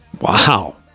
Wow